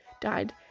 died